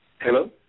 Hello